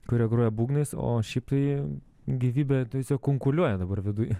kurie groja būgnais o šiaip tai gyvybė tiesiog kunkuliuoja dabar viduj